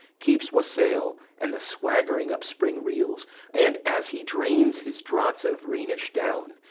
keeps wassail, and the swaggering up-spring reels and, as he drains his draughts of rhenish down,